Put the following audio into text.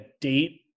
date